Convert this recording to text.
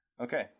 Okay